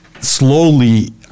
slowly